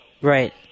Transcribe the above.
Right